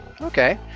Okay